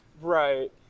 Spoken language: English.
right